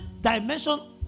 dimension